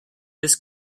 this